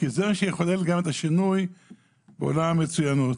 וזה מה שיכלול את השינוי בעולם המצוינות.